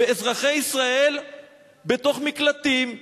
ואזרחי ישראל בתוך מקלטים.